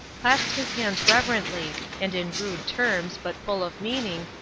clasped his hands reverently, and in rude terms, but full of meaning,